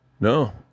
no